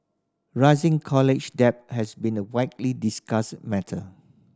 rising college debt has been a widely discussed matter